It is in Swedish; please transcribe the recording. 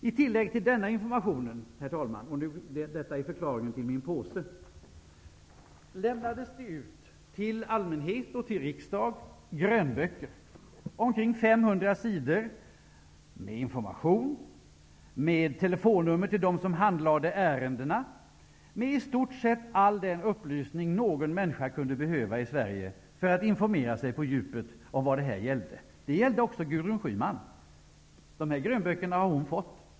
I tillägg till denna information -- och detta är förklaringen till den påse som jag här har med mig -- lämnades det ut grönböcker till allmänheten och till riksdagen, omkring 500 sidor, med information och med telefonnummer till dem som handlade ärendena. Det var i stort sett all den upplysning någon människa kunde behöva i Sverige för att informera sig på djupet om vad det här gällde. Även Gudrun Schyman har fått de här grönböckerna.